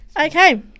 okay